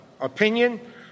opinion